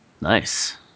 Nice